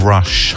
Rush